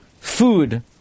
food